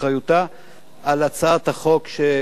על הצעת החוק שהובאה היום,